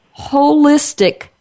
holistic